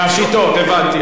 שיטות, הבנתי.